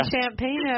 champagne